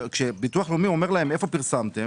כשביטוח לאומי אומר להם: איפה פרסמתם?